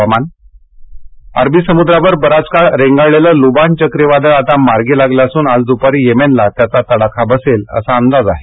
हवामानः अरबी समुद्रावर बराच काळ रेंगाळलेलं लुबान चक्रीवादळ आता मार्गी लागलं असून आज द्पारी येमेनला त्याचा तडाखा बसेल असा अंदाज आहे